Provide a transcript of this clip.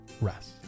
rest